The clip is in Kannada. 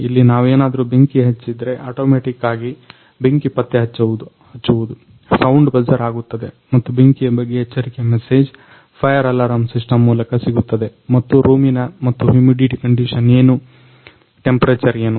ಇಲ್ಲಿ ನಾವೇನಾದ್ರು ಬೆಂಕಿ ಹಚ್ಚಿದ್ರೆ ಅಟೊಮೆಟಿಕ್ ಆಗಿ ಬೆಂಕಿ ಪತ್ತೆಹಚ್ಚುವುದು ಸೌಂಡ್ ಬಜರ್ ಆಗುತ್ತದೆ ಮತ್ತು ಬೆಂಕಿಯ ಬಗ್ಗೆ ಎಚ್ಚರಿಕೆ ಮೆಸೇಜ್ ಫೈರ್ ಅಲರಮ್ ಸಿಸ್ಟಮ್ ಮೂಲಕ ಸಿಗುತ್ತದೆ ಮತ್ತು ರೂಮಿನ ಮತ್ತು ಹ್ಯುಮಿಡಿಟಿ ಕಂಡಿಷನ್ ಏನು ಟೆಂಪರೇಚರ್ ಏನು